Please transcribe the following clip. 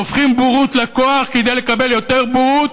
הופכים בורות לכוח כדי לקבל יותר בורות,